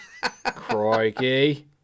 Crikey